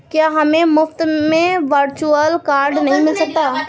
क्या हमें मुफ़्त में वर्चुअल कार्ड मिल सकता है?